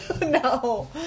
no